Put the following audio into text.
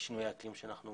שינויי האקלים שאנחנו